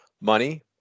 money